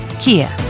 Kia